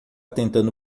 tentando